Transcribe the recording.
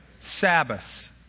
Sabbaths